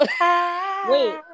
Wait